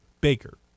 Baker